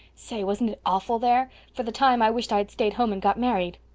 say, wasn't it awful there? for the time i wished i had stayed home and got married.